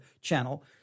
channel